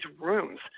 rooms